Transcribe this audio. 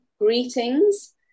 greetings